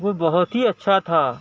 وہ بہت ہی اچھا تھا